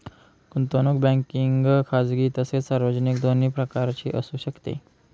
गुंतवणूक बँकिंग खाजगी तसेच सार्वजनिक दोन्ही प्रकारची असू शकते